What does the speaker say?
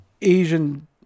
Asian